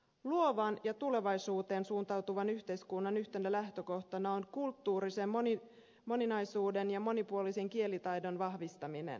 luovan ja tulevaisuuteen suuntautuvan yhteiskunnan yhtenä lähtökohtana on kulttuurisen moninaisuuden ja monipuolisen kielitaidon vahvistaminen